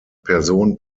person